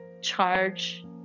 Charge